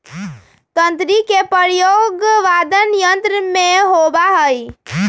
तंत्री के प्रयोग वादन यंत्र में होबा हई